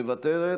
מוותרת,